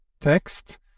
text